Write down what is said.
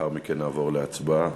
לאחר מכן נעבור להצבעה.